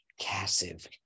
cassive